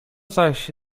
zaś